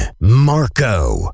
Marco